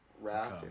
raft